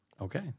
okay